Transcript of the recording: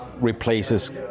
replaces